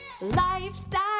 Lifestyle